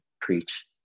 preach